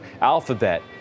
Alphabet